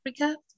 Africa